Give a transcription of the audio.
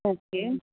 okay